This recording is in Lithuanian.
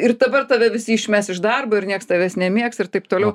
ir dabar tave visi išmes iš darbo ir nieks tavęs nemėgs ir taip toliau